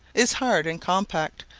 is hard and compact,